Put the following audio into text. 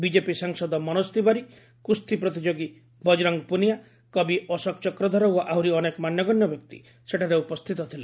BJP ସାଂସଦ ମନୋଜ ତିୱାରୀ କୁସ୍ତି ପ୍ରତିଯୋଗୀ ବଜରଙ୍ଗ ପୁନିଆ କବି ଅଶୋକ ଚକ୍ରଧର ଓ ଆହୁରି ଅନେକ ମାନ୍ୟଗଣ୍ୟ ବ୍ୟକ୍ତି ସେଠାରେ ଉପସ୍ଥିତ ଥିଲେ